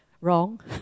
wrong